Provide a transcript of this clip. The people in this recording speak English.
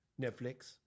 Netflix